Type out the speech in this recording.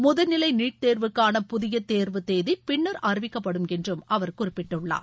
முதுநிலை நீட் தேர்வுக்காள புதிய தேர்வு தேதி பின்னர் அறிவிக்கப்படும் என்று அவர் குறிப்பிட்டுள்ளார்